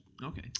Okay